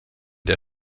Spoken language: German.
der